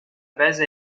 base